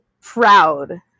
proud